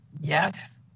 Yes